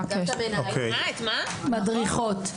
איזה מדריכות?